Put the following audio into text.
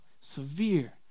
severe